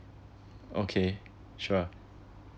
okay sure